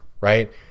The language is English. right